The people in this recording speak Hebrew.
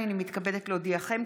הינני מתכבדת להודיעכם,